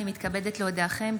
אני מתכבדת להודיעכם,